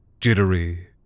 Jittery